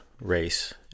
race